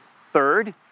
Third